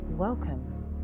Welcome